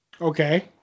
Okay